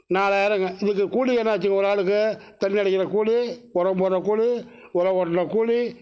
நாலாயிரங்க இதுக்கு கூலி என்னாச்சுங்க ஒரு ஆளுக்கு தண்ணியடிக்கிற கூலி உரம் போடுற கூலி உழவு ஓட்டின கூலி